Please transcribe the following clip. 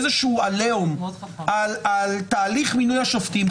איזשהו עליהום על תהליך מינוי השופטים,